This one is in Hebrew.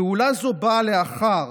פעולה זו באה לאחר